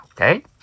Okay